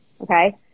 Okay